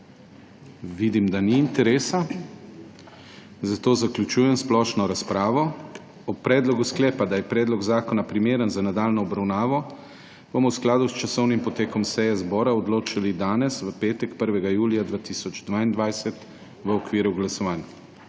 Vidim, da ni interesa. Zato zaključujem splošno razpravo. O predlogu sklepa, da je predlog zakona primeren za nadaljnjo obravnavo, bomo v skladu s časovnim potekom seje zbora odločali danes, v petek, 1. julija 2022, v okviru glasovanj.